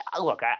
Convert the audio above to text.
Look